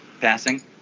passing